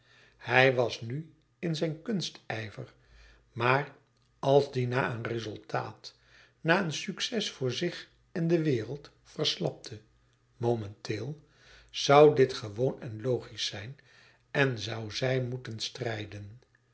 hij was nu in zijn kunstijver maar als die na een rezultaat na een succes voor zich en de wereld verslapte momenteel zoû dit gewoon en logisch zijn en zoû zij moeten strijden